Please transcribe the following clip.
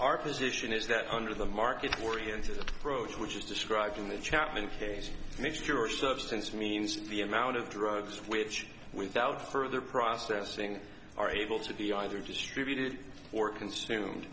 our position is that under the market oriented approach which is described in the chapman case and if your substance means the amount of drugs which without further processing are able to be either distributed or consumed